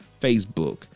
facebook